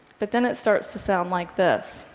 but then it starts to sound like this